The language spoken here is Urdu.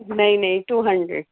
نہیں نہیں ٹو ہنڈریڈ